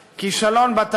כישלון במתווה הגז,